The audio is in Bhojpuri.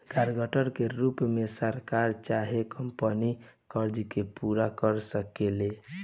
गारंटर के रूप में सरकार चाहे कंपनी कर्जा के पूरा कर सकेले